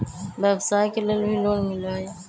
व्यवसाय के लेल भी लोन मिलहई?